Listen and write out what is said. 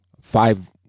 five